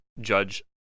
judge